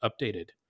updated